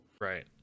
Right